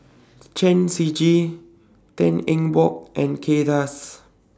Chen Shiji Tan Eng Bock and Kay Das